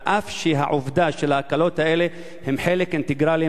על אף העובדה שההקלות האלה הן חלק אינטגרלי